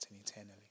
eternally